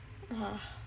!huh!